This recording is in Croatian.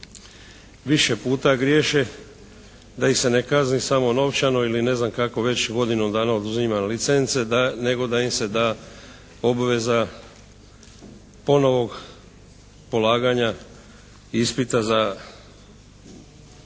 više puta griješe da ih se ne kazni samo novčano ili ne znam kako već godinu dana oduzima licence, nego da im se da obveza ponovnog polaganja ispita za